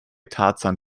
tarzan